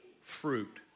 fruit